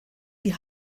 die